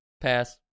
Pass